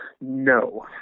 No